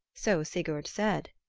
so sigurd said.